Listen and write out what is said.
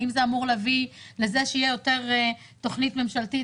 האם זה אמור להביא לזה שיהיה יותר תוכניות ממשלתית